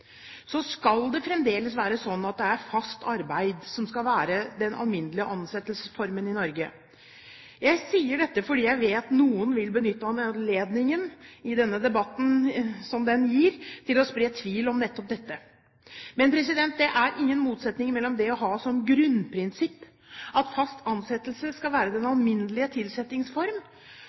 skal det fremdeles være sånn at det er fast arbeid som skal være den alminnelige ansettelsesformen i Norge. Jeg sier dette, for jeg vet at noen vil benytte anledningen denne debatten gir, til å spre tvil om nettopp dette. Men det er ingen motsetning mellom det å ha som grunnprinsipp at fast ansettelse skal være den alminnelige tilsettingsform,